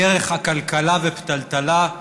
בדרך עקלקלה ופתלתלה,